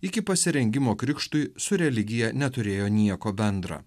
iki pasirengimo krikštui su religija neturėjo nieko bendra